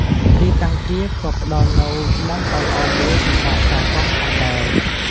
ទីតាំងគៀប ក៏ផ្តល់នូវ មុំដ៏ល្អមួយសម្រាប់ការកោសផងដែរ។